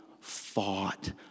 fought